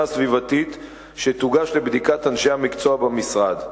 סביבתית שתוגש לבדיקת אנשי המקצוע במשרד.